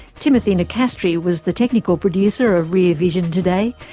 timothy nicastri was the technical producer of rear vision today.